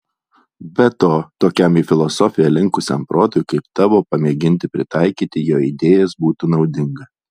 be to tokiam į filosofiją linkusiam protui kaip tavo pamėginti pritaikyti jo idėjas būtų naudinga